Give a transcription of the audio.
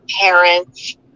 parents